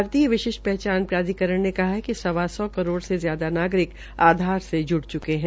भारतीय विशिष्ट पहचान प्राधिकरण ने कहा है कि सवा सौ करोड़ से ज्यादा नागरिक आधार से जुड़ चुके है